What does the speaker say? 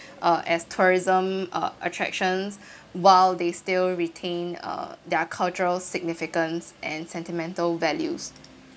uh as tourism uh attractions while they still retain uh their cultural significance and sentimental values